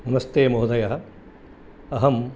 नमस्ते महोदय अहं